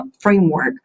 framework